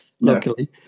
luckily